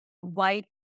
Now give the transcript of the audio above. white